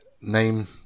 Name